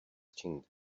tinged